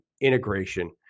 integration